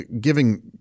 giving